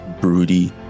broody